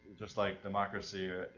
just like democracy.